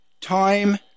time